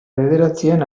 bederatzian